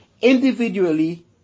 individually